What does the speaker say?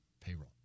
payroll